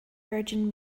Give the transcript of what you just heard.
virgin